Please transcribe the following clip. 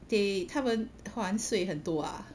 they 他们还税很多啊